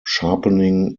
sharpening